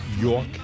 York